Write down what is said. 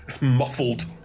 muffled